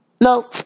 No